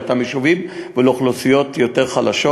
לאותם יישובים ולאוכלוסיות יותר חלשות,